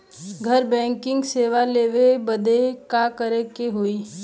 घर बैकिंग सेवा लेवे बदे का करे के होई?